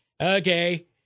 okay